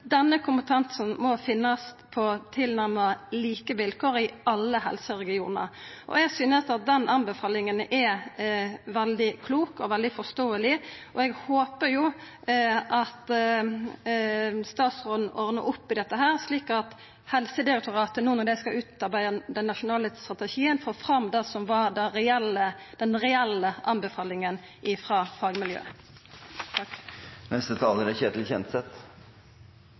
denne kompetansen må finnast på tilnærma like vilkår i alle helseregionar. Eg synest at den tilrådinga er veldig klok og veldig forståeleg, og eg håpar at statsråden ordnar opp i dette, slik at Helsedirektoratet no når det skal utarbeida den nasjonale strategien, får fram det som var den reelle